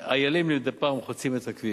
איילים מדי פעם חוצים את הכביש.